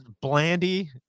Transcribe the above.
blandy